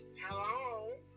hello